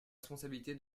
responsabilité